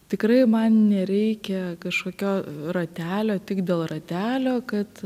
tikrai man nereikia kažkokio ratelio tik dėl ratelio kad